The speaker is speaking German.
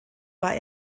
war